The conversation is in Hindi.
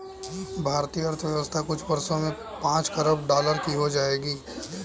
भारतीय अर्थव्यवस्था कुछ वर्षों में पांच खरब डॉलर की हो जाएगी